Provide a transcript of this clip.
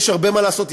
יש הרבה מה לעשות.